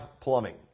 plumbing